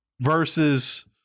versus